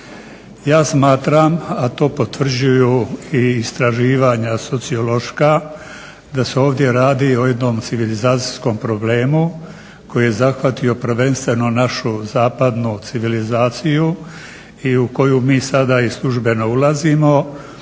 Ja smatram a to potvrđuju i istraživanja sociološka da se ovdje radi o jednom civilizacijskom problemu koji je zahvatio prvenstveno našu zapadnu civilizaciju i u koju mi sada i službeno ulazimo